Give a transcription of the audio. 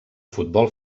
futbol